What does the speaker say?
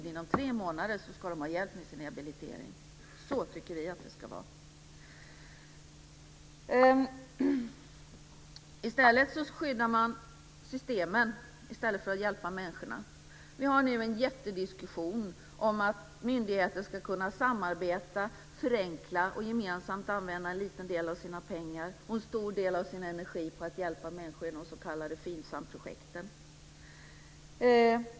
Inom tre månader ska de ha fått hjälp med sin rehabilitering. Så tycker vi att det ska vara. Man skyddar systemet i stället för att hjälpa människorna. Vi har nu en jättediskussion om att myndigheter ska kunna samarbeta, förenkla och gemensamt använda en liten del av sina pengar och en stor del av sin energi för att hjälpa människor i de s.k. Finsamprojekten.